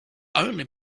only